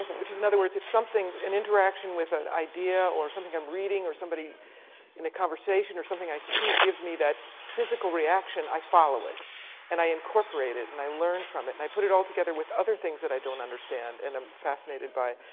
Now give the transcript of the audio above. which is, in other words, if something, an interaction with an idea or something i'm reading or somebody in a conversation or something i see gives me that physical reaction, i follow it and i incorporate it and i learn from it. and i put it all together with other things that i don't understand and am fascinated by.